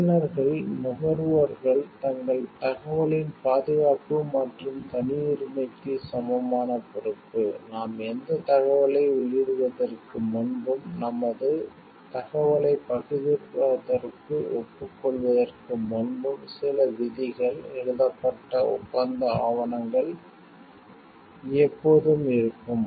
பயனர்கள் நுகர்வோர்கள் தங்கள் தகவலின் பாதுகாப்பு மற்றும் தனியுரிமைக்கு சமமான பொறுப்பு நாம் எந்த தகவலை உள்ளிடுவதற்கு முன்பும் நமது தகவலைப் பகிர்வதற்கு ஒப்புக்கொள்வதற்கு முன்பும் சில விதிகள் எழுதப்பட்ட ஒப்பந்த ஆவணங்கள் எப்போதும் இருக்கும்